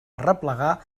arreplegar